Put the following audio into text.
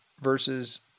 versus